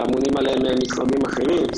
שאמונים עליהם משרדים אחרים.